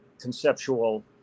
conceptual